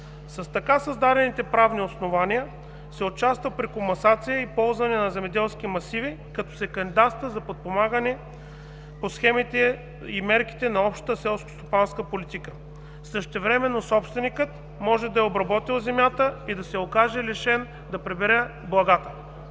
С така създадените правни основания се участва при комасация и ползване на земеделски масиви, като се кандидатства за подпомагане по схемите и мерките на общата селскостопанска политика. Същевременно собственикът може да е обработил земята и да се окаже лишен да прибере благата.